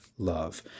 Love